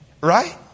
Right